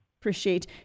Appreciate